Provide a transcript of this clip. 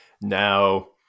Now